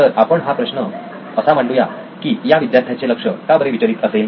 तर आपण हा प्रश्न असा मांडूया की या विद्यार्थ्यांचे लक्ष का बरे विचलित असेल